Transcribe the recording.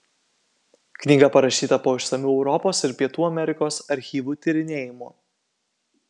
knyga parašyta po išsamių europos ir pietų amerikos archyvų tyrinėjimų